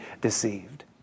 deceived